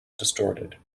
distorted